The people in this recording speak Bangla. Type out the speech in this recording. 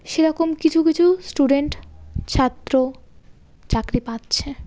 সেরকম কিছু কিছু স্টুডেন্ট ছাত্র চাকরি পাচ্ছে